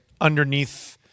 underneath